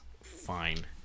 Fine